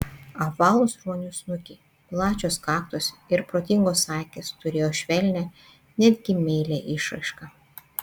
apvalūs ruonių snukiai plačios kaktos ir protingos akys turėjo švelnią netgi meilią išraišką